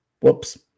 Whoops